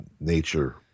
nature